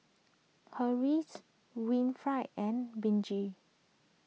Harriet Winnifred and Benji